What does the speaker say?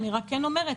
אני רק כן אומרת,